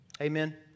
Amen